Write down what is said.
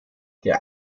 der